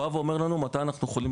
שבא ואומר לנו מתי אנחנו יכולים